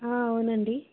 అవునండి